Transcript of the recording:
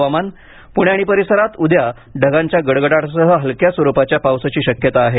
हुवामान प्रणे आणि परिसरात उद्या ढगांच्या गडगडाटासह हलक्या स्वरूपाच्या पावसाची शक्यता आहे